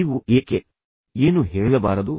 ನೀವು ಏಕೆ ಏನು ಹೇಳಬಾರದು